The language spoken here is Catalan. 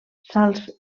sals